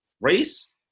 race